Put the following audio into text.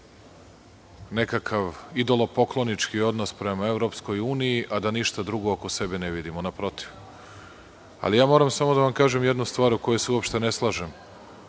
nekakav idolopoklonički odnos prema EU, a da ništa drugo oko sebe ne vidimo, naprotiv. Ali, moram samo da vam kažem jednu stvar u kojoj se uopšte ne slažem